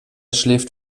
schläft